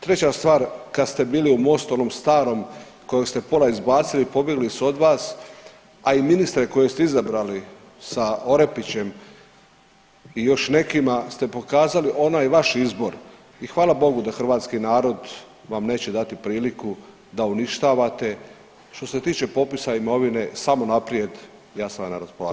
Treća stvar, kad ste bili u Mostu onom starom kojeg ste pola izbacili i pobjegli su od vas, a i ministre koje ste izabrali sa Orepićem i još nekima ste pokazali onaj vaš izbor i hvala Bogu da hrvatski narod vam neće dati priliku da uništavate što se tiče popisa imovine, samo naprijed ja sam vam na raspolaganju.